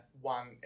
one